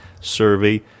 survey